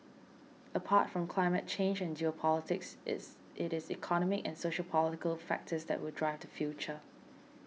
apart from climate change and geopolitics is it is economic and sociopolitical factors that will drive the future